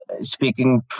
speaking